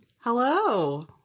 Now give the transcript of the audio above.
Hello